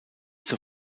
zur